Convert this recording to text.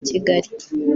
kigali